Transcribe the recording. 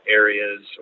areas